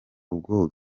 ubwo